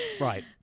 right